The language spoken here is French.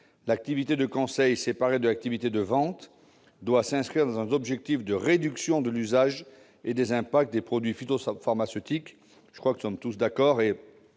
L'activité de conseil, séparée de l'activité de vente, doit s'inscrire dans un objectif de réduction de l'usage et des impacts des produits phytopharmaceutiques. Nos débats des derniers